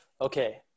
Okay